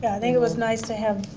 i think it was nice to have,